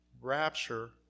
rapture